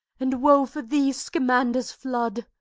and woe for thee, scamander's flood!